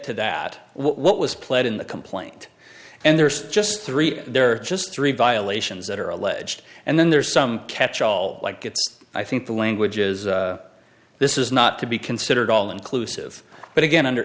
to that what was played in the complaint and there's just three there are just three violations that are alleged and then there's some catch all like it's i think the language is this is not to be considered all inclusive but again under